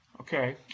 Okay